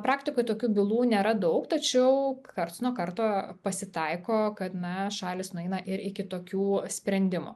praktikoj tokių bylų nėra daug tačiau karts nuo karto pasitaiko kad na šalys nueina ir iki tokių sprendimų